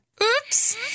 Oops